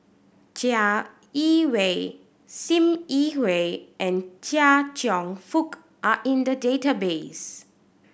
Chai Yee Wei Sim Yi Hui and Chia Cheong Fook are in the database